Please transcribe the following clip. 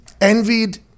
envied